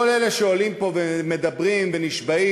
כל אלה שעולים פה ומדברים ונשבעים,